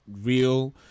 real